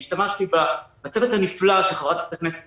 והשתמשתי בצוות הנפלא של חברת הכנסת